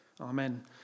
Amen